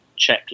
checklist